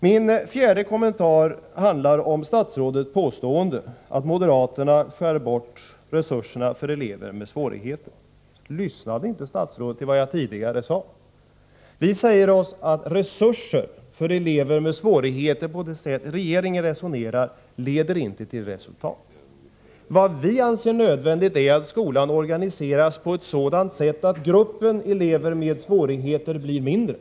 Min fjärde kommentar handlar om statsrådets påstående att moderaterna skär bort resurserna för elever med svårigheter. Lyssnade inte statsrådet till vad jag tidigare sade? Vi menar att resurser för elever med svårigheter, med det sätt som regeringen resonerar inte leder till resultat. Vi anser det nödvändigt att skolan organiseras på ett sådant sätt att gruppen elever med svårigheter blir mindre.